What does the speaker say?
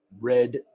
red